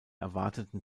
erwarteten